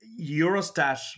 Eurostat